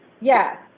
Yes